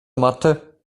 matte